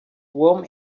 warm